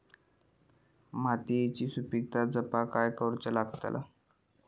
मातीयेची सुपीकता जपाक काय करूचा लागता?